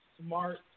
smart